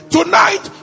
Tonight